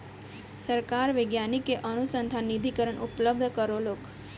सरकार वैज्ञानिक के अनुसन्धान निधिकरण उपलब्ध करौलक